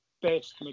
Best